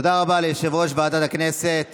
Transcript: תודה רבה ליושב-ראש ועדת הכנסת